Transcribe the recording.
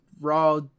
Raw